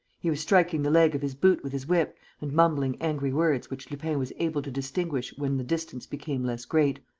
he was striking the leg of his boot with his whip and mumbling angry words which lupin was able to distinguish when the distance became less great